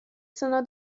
sono